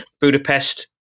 Budapest